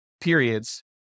periods